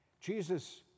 Jesus